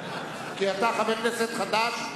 כי אתה חבר כנסת חדש,